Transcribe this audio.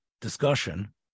discussion